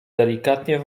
delikatnie